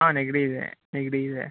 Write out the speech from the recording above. ಹಾಂ ನೆಗಡಿ ಇದೆ ನೆಗಡಿ ಇದೆ